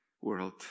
world